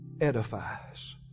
edifies